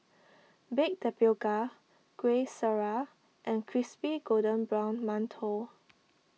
Baked Tapioca Kueh Syara and Crispy Golden Brown Mantou